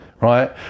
right